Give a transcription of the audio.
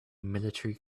military